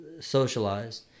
socialized